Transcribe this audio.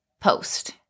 post